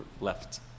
left